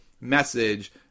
message